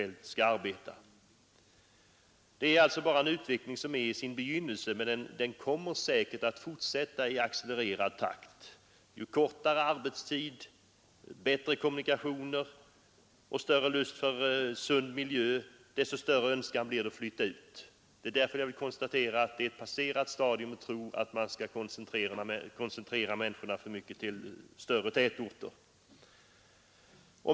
Den utveckling som jag här skissserar befinner sig ännu bara i sin begynnelse, men den kommer säkert att fortsätta i accelererad takt. Ju kortare arbetstid, bättre kommunikationer och starkare lust att bo i en sund miljö, desto starkare är människornas önskan att flytta ut från tätorterna. Därför konstaterar jag att det är ett passerat stadium att koncentrera människorna till tätorter.